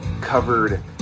covered